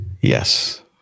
Yes